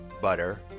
butter